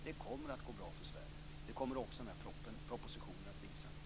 Det kommer att gå bra för Sverige. Det kommer också den här propositionen att visa.